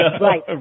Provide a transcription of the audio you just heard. Right